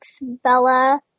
Bella